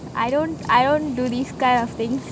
I don't I don't do these kind of thing